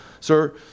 sir